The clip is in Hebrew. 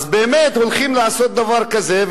אז באמת הולכים לעשות דבר כזה,